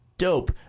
Dope